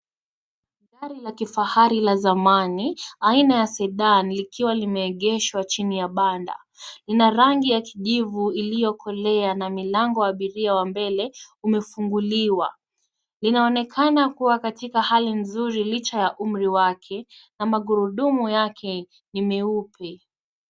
Gari la kifahari la zamani aina ya sidan likiwa limeegeshwa chini ya banda. Ina rangi ya kijivu iliyokolea na milango abiria wa mbele umefunguliwa. Linaonekana kuwa katika hali nzuri licha ya umri wake na magurudumu yake ni meupe.